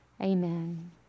Amen